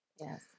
Yes